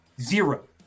Zero